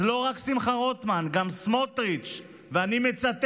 אז לא רק שמחה רוטמן, גם סמוטריץ', ואני מצטט,